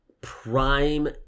prime